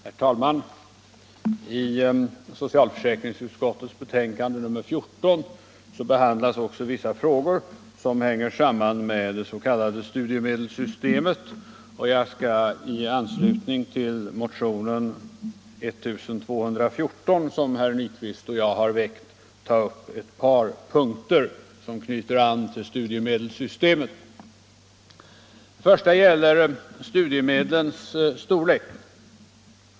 Herr talman! I socialförsäkringsutskottets betänkande nr 14 behandlas vissa frågor som sammanhänger med det s.k. studiemedelssystemet, och i anslutning till motionen 1214 av herr Nyquist och mig skall jag nu ta upp ett par punkter som knyter an till studiemedelssystemet. Den första punkten gäller studiemedlens storlek.